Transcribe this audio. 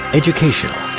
educational